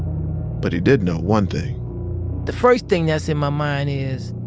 but he did know one thing the first thing that's in my mind is,